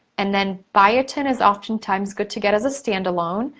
and then biotin is often times good to get as a standalone,